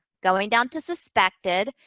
going down to suspected,